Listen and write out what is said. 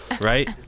Right